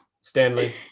Stanley